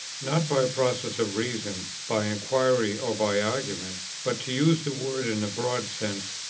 not by processes of reason, by inquiry or by argument, but, to use the word in a broad sense,